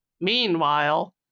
Meanwhile